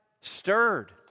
stirred